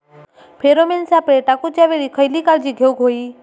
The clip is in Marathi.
फेरोमेन सापळे टाकूच्या वेळी खयली काळजी घेवूक व्हयी?